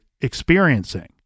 experiencing